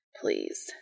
please